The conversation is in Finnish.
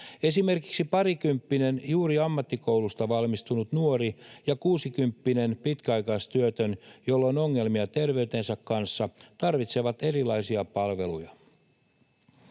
Esimerkiksi parikymppinen juuri ammattikoulusta valmistunut nuori ja kuusikymppinen pitkäaikaistyötön, jolla on ongelmia terveytensä kanssa, tarvitsevat erilaisia palveluja.